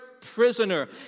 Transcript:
prisoner